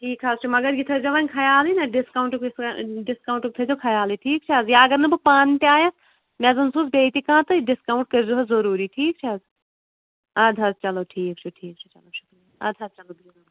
ٹھیٖک حظ چھِ مگر یہِ تھٲیِزیو وۄنۍ خیالٕے نہٕ ڈِسکوٕنٹُک ڈِسکوٕنٛٹَک تھٲیِزیو خیالٕے ٹھیٖک چھِ حظ یا اگر نہٕ بہٕ پانہٕ تہِ آیَس مےٚ زَنہٕ سوٗز بیٚیہِ تہِ کانٛہہ تہٕ ڈِسکوٕنٹ کٔرِزیو ضُروٗری ٹھیٖک چھِ حظ اَدٕ حظ چلو ٹھیٖک چھُ ٹھیٖک چھُ چلو شُکریہ ادٕ حظ چلو بِیٚہو رۄبَس